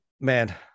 man